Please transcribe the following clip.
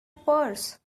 purse